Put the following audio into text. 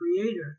creator